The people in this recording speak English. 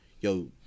yo